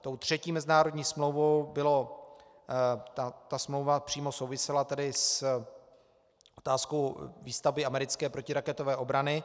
Tou třetí mezinárodní smlouvou bylo, ta smlouva přímo souvisela s otázkou výstavby americké protiraketové obrany.